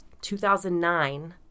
2009